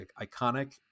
iconic